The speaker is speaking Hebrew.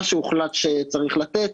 מה שהוחלט שצריך לתת